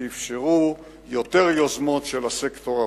שאפשרו יותר רפורמות של הסקטור הפרטי.